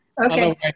Okay